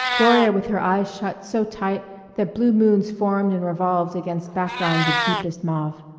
gloria with her eyes shut so tight that blue moons formed and revolved against backgrounds of deepest mauve,